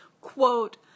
Quote